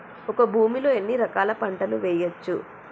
ఒక భూమి లో ఎన్ని రకాల పంటలు వేయచ్చు?